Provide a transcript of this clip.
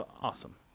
awesome